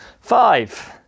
Five